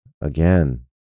again